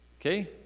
Okay